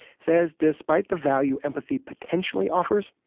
says despite the value empathy potentially offers,